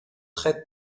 très